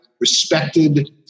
respected